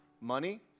money